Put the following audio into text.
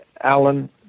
Alan